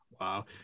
Wow